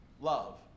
love